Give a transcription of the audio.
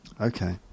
okay